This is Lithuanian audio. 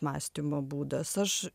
mąstymo būdas aš